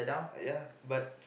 ya but